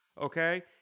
Okay